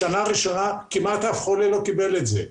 בשנה הראשונה כמעט אף חולה לא קיבל את זה.